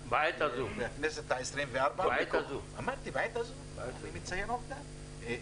ובאמת הייתי קורא לכל החברים מכל הסיעות כדי לקדם את